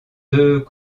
deux